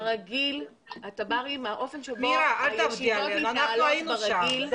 היינו שם.